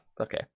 Okay